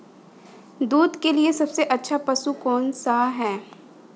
दूध के लिए सबसे अच्छा पशु कौनसा है?